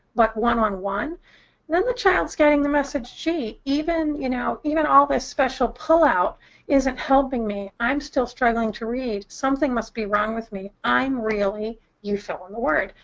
like one-on-one, then the child is getting the message, gee, even you know? even all this special pull-out isn't helping me. i'm still struggling to read something must be wrong with me. i'm really. you fill in the word.